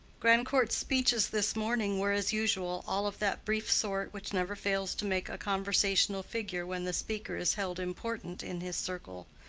grandcourt's speeches this morning were, as usual, all of that brief sort which never fails to make a conversational figure when the speaker is held important in his circle.